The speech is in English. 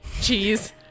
cheese